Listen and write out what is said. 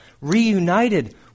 reunited